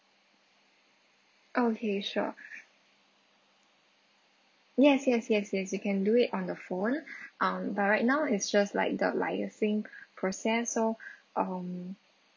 okay sure yes yes yes yes you can do it on the phone um but right now is just like the liaising process so um